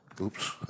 Oops